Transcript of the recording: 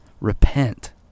repent